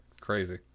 Crazy